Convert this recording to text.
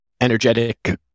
energetic